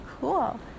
cool